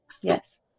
yes